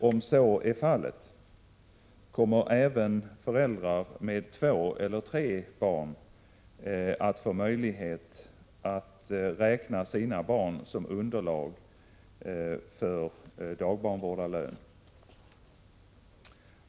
Om så är fallet, kommer även föräldrar med två eller tre barn att få möjlighet att räkna sina barn som underlag för dagbarnvårdarlön?